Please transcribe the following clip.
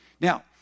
Now